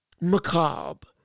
macabre